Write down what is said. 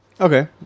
Okay